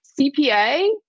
CPA